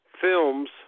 Films